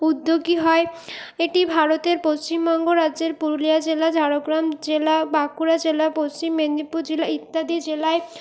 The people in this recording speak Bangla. উদ্যোগী হয় এটি ভারতের পশ্চিমবঙ্গ রাজ্যের পুরুলিয়া জেলা ঝাড়গ্রাম জেলা বাঁকুড়া জেলা পশ্চিম মেদিনীপুর জেলা ইত্যাদি জেলায়